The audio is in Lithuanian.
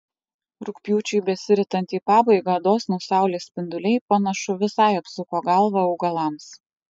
rugpjūčiui besiritant į pabaigą dosnūs saulės spinduliai panašu visai apsuko galvą augalams